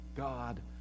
God